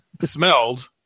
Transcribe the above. smelled